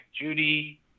Judy